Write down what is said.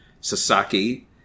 Sasaki